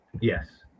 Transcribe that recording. Yes